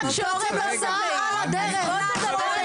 רק כשיוצאת ההסעה --- חברים,